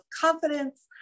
confidence